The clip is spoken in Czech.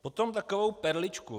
Potom takovou perličku.